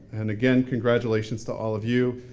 and again, congratulations to all of you,